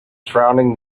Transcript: surrounding